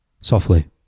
softly